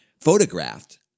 photographed